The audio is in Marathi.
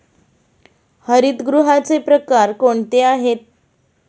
हरितगृहाचे प्रकार कोणते आहेत?